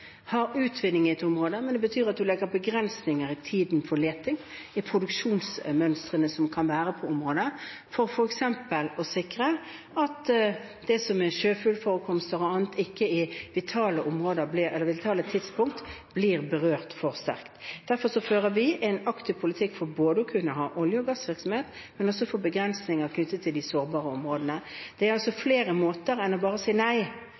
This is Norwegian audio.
legger begrensninger i tiden for leting, i produksjonsmønstrene som kan være på området, for f.eks. å sikre at sjøfuglforekomster o.a. ikke på vitale tidspunkter blir berørt for sterkt. Derfor fører vi en aktiv politikk for både å kunne ha olje- og gassvirksomhet og for begrensninger knyttet til de sårbare områdene. Det er altså flere måter man kan forvalte naturressurser på i Norge enn ved bare å si nei.